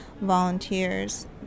volunteers